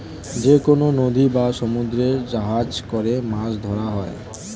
যেকনো নদী বা সমুদ্রে জাহাজে করে মাছ ধরা হয়